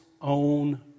own